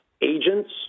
agents